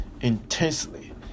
intensely